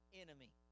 enemy